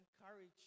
encourage